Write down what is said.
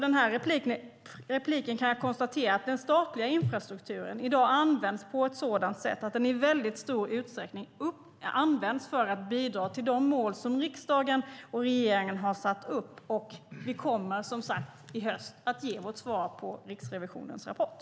Den statliga infrastrukturen används i dag i stor utsträckning för att bidra till de mål som riksdagen och regeringen har satt upp. Vi kommer i höst att ge vårt svar på Riksrevisionens rapport.